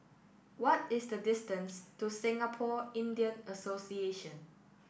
what is the distance to Singapore Indian Association